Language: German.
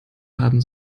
haben